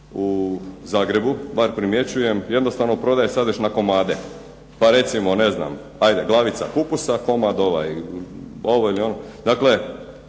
u Zagrebu, bar primjećujem jednostavno prodaje sad već na komade. Pa recimo ne znam hajde glavica kupusa komad ovaj, ovo ili ono. Dakle,